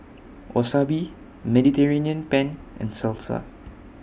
Wasabi Mediterranean Penne and Salsa